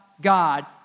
God